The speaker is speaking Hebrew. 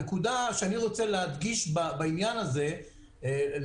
הנקודה שאני רוצה להדגיש בעניין הזה לך,